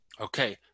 Okay